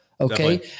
Okay